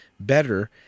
better